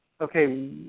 Okay